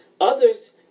others